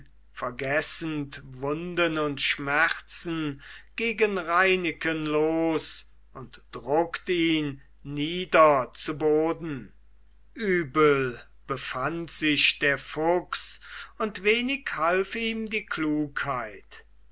vergessend wunden und schmerzen gegen reineken los und druckt ihn nieder zu boden übel befand sich der fuchs und wenig half ihm die klugheit